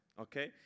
okay